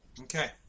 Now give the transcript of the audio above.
Okay